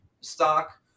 stock